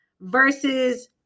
versus